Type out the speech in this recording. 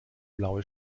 blaue